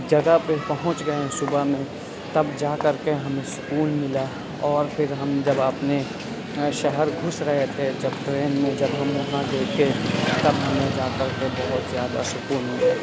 جگہ پہ پہنچ گئے ہیں صبح میں تب جا کر کے ہمیں سکون ملا اور پھر ہم جب اپنے شہر گھس رہے تھے جب ٹرین میں جب ہم وہاں دیکھے تب ہمیں جا کر کے بہت زیادہ سکون ملا